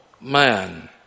man